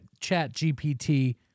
ChatGPT